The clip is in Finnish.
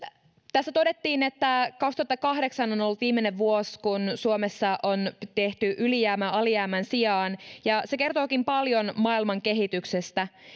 tässä todettiin että kaksituhattakahdeksan on ollut viimeinen vuosi kun suomessa on tehty ylijäämää alijäämän sijaan ja se kertookin paljon maailman kehityksestä